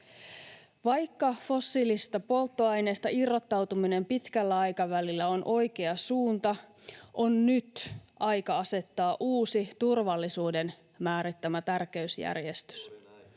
Vaikka fossiilisista polttoaineista irrottautuminen pitkällä aikavälillä on oikea suunta, on nyt aika asettaa uusi turvallisuuden määrittämä tärkeysjärjestys.